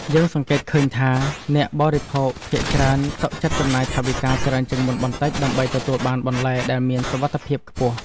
យើងសង្កេតឃើញថាអ្នកបរិភោគភាគច្រើនសុខចិត្តចំណាយថវិកាច្រើនជាងមុនបន្តិច ដើម្បីទទួលបានបន្លែដែលមានសុវត្ថិភាពខ្ពស់។